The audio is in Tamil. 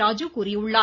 ராஜு கூறியுள்ளார்